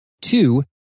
two